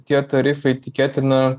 tie tarifai tikėtina